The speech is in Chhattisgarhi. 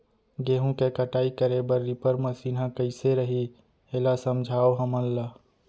गेहूँ के कटाई करे बर रीपर मशीन ह कइसे रही, एला समझाओ हमन ल?